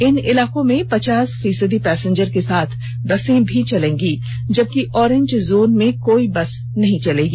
इन इलाकों में पच्चास फीसदी पैसेंजर के साथ बसें भी चलेंगी जबकि ऑरेंज जोन में कोई बसें नहीं चलेंगी